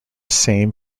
same